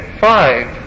five